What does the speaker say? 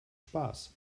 spaß